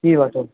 ई वठो